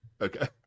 Okay